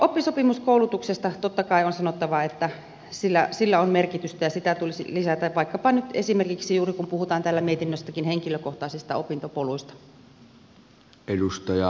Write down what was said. oppisopimuskoulutuksesta totta kai on sanottava että sillä on merkitystä ja sitä tulisi lisätä vaikkapa nyt esimerkiksi juuri sen takia kun täällä mietinnössäkin puhutaan henkilökohtaisista opintopoluista